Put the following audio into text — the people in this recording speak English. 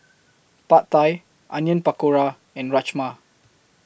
Pad Thai Onion Pakora and Rajma